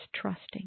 trusting